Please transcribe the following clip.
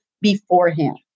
beforehand